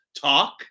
Talk